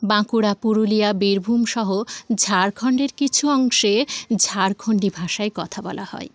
বাঁকুড়া পুরুলিয়া বীরভূমসহ ঝাড়খণ্ডের কিছু অংশে ঝাড়খণ্ডি ভাষায় কথা বলা হয়